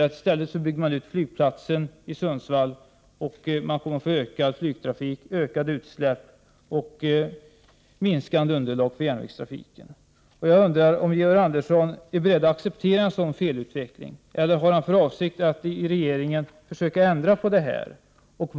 Men i stället byggs flygplatsen i Sundsvall ut, vilket kommer att leda till ökad flygtrafik och därmed ökade utsläpp och minskande underlag för järnvägstrafiken. Jag undrar om Georg Andersson är beredd att acceptera en sådan felutveckling eller om han har för avsikt att i regeringen försöka ändra på detta förhållande.